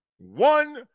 One